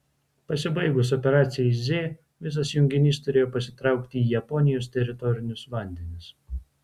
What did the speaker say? pasibaigus operacijai z visas junginys turėjo pasitraukti į japonijos teritorinius vandenis